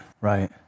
Right